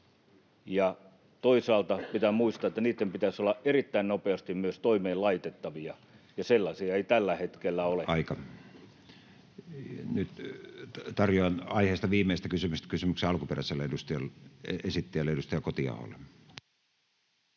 Toisaalta pitää muistaa, että niitten pitäisi myös olla erittäin nopeasti toimeen laitettavia, ja sellaisia ei tällä hetkellä ole. Nyt tarjoan aiheesta viimeistä kysymystä kysymyksen alkuperäiselle esittäjälle, edustaja Kotiaholle.